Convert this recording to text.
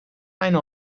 aynı